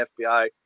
FBI